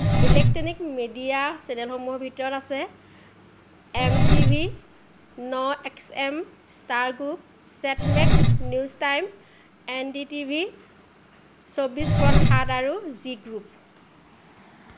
electronic media চেনেলসমূহৰ ভিতৰত আছে M TV N X M star গ ছেত Max news time N D TV চৌব্বিছ পূৰণ সাত আৰু জি গ্ৰুপ